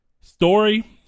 story